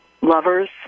lovers